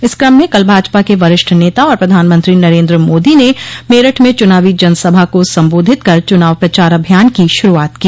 इस कम में कल भाजपा के वरिष्ठ नेता और प्रधानमंत्री नरेन्द्र मोदी ने मेरठ में चुनावी जनसभा को संबोधित कर चुनाव प्रचार अभियान की शुरूआत की